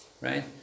right